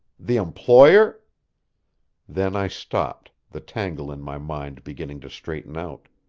the employer then i stopped, the tangle in my mind beginning to straighten out.